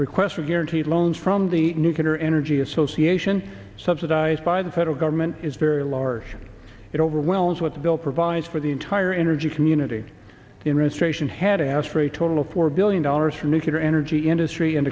requests for guaranteed loans from the nuclear energy association subsidized by the federal government is very large it overwhelms what the bill provides for the entire energy community interest ration had asked for a total of four billion dollars for nuclear energy industry